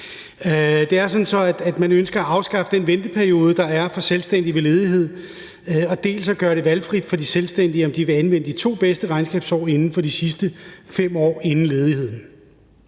Det er sådan, at man ønsker at afskaffe den venteperiode, der er for selvstændige ved ledighed, og gøre det valgfrit for de selvstændige, om de vil anvende de to bedste regnskabsår inden for de sidste 5 år inden ledigheden.